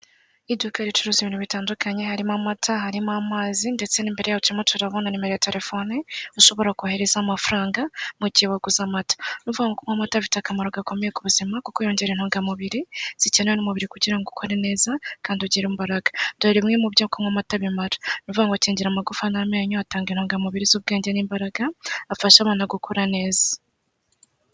Iduka ricuruza ibintu bitandukanye, harimo amata, harimo amazi, ndetse n'imbere yaho turimo turabona nimero ya telefone ushobora koherezaho amafaranga mu gihe waguze amata. Ni ukuvuga ngo kunywa amata bifite akamaro gakomeye ku buzima, kuko yongera intungamubiri zikenewe n'umubiri kugira ngo ukore neza kandi ugire imbaraga. Dore bimwe mu byo kunywa amata bimara: ni ukuvuga ngo bikingira amagufa n'amenyo, atanga intungamubiri z'ubwenge n'imbaraga, afasha abana gukura neza.